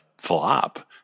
Flop